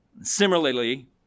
Similarly